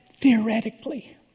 theoretically